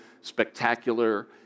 spectacular